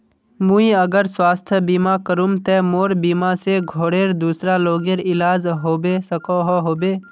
मुई अगर स्वास्थ्य बीमा करूम ते मोर बीमा से घोरेर दूसरा लोगेर इलाज होबे सकोहो होबे?